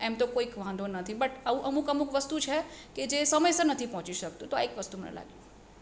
એમ તો કોઈક વાંધો નથી બટ આવું અમુક અમુક વસ્તુ છે કે જે સમયસર નથી પહોંચી શકતું તો આ એક વસ્તુ મને લાગી